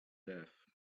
death